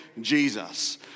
Jesus